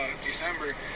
December